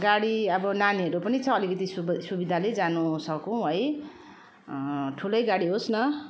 गाडी अब नानीहरू पनि छ अलिकति सुख सुविधाले जानु सकौँ है ठुलै गाडी होस् न